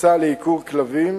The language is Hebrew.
מבצע לעיקור כלבים.